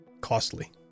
costly